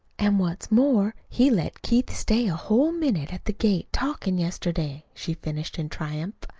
an' what's more, he let keith stay a whole minute at the gate talkin' yesterday! she finished in triumph.